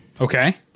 Okay